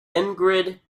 ingrid